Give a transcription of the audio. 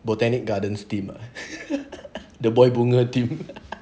botanic gardens theme ah the boy bunga theme